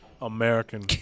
American